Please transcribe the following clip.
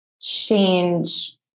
change